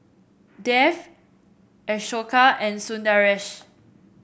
Dev Ashoka and Sundaresh